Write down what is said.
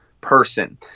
person